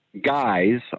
guys